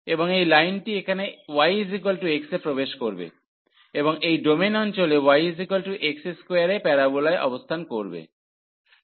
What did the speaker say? এবং এই লাইনটি এখানে y x এ প্রবেশ করবে এবং এই ডোমেন অঞ্চলে yx2 এ প্যারোবোলায় অবস্থান করবে